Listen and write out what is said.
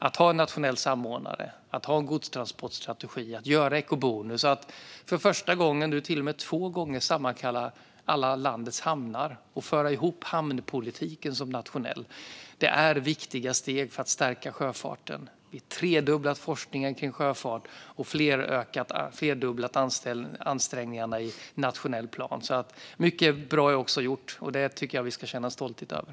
Att ha en nationell samordnare och en godstransportstrategi, att göra ekobonus och att till och med två gånger nu sammankalla alla landets hamnar och föra ihop hamnpolitiken som nationell är viktiga steg för att stärka sjöfarten. Vi har även tredubblat forskningen kring sjöfart och flerdubblat ansträngningarna i nationell plan. Mycket bra är alltså gjort, och det tycker jag att vi ska känna stolthet över.